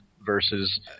versus